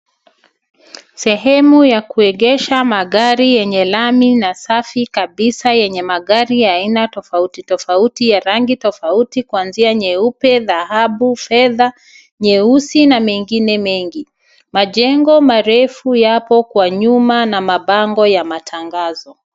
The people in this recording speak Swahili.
Sehemu ya kuegesha magari yenye lami na safi kabisa yenye magari ya aina tofauti tofauti ya rangi tofauti kuanzia nyeupe, dhahabu, fedha, nyeusi na mengine mengi. Mjengo marefu yapo kwa nyuma na mabango ya matangazo.